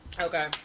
Okay